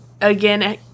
again